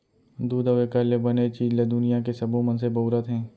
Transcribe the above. दूद अउ एकर ले बने चीज ल दुनियां के सबो मनसे बउरत हें